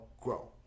grow